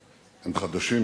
הם חדשים,